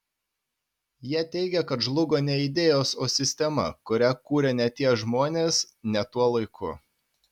jie teigia kad žlugo ne idėjos o sistema kurią kūrė ne tie žmonės ne tuo laiku